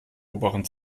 oberen